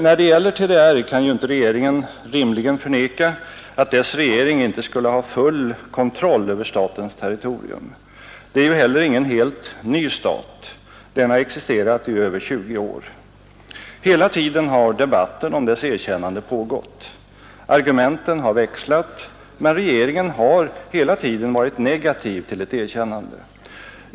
När det gäller TDR kan ju inte regeringen rimligen förneka att dess regering har full kontroll över statens territorium. Den är ju heller ingen helt ny stat. Den har existerat i över 20 år. Hela tiden har debatten om dess erkännande pågått. Argumenten har växlat, men regeringen har hela tiden varit negativ till ett erkännande.